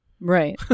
Right